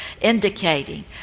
indicating